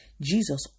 Jesus